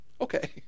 okay